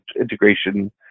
integration